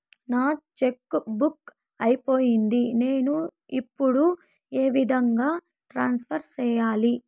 నా cheque book అయిపోయింది నేను ఇప్పుడు ఏ విధంగా ట్రాన్స్ఫర్ సేయాలి?